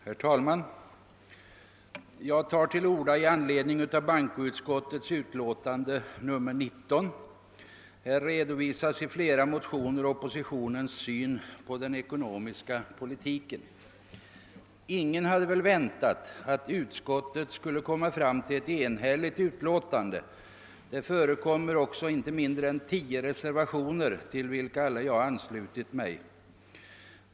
Herr talman! Jag tar till orda i anledning av bankoutskottets utlåtande nr 19. Här redovisas i flera motioner oppositionens syn på den ekonomiska politiken. Ingen hade väl väntat att utskottet skulle komma fram till ett enhälligt utlåtande — det förekommer inte heller mindre än tio reservationer, till vilka alla jag anslutit mig.